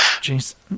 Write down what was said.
Jason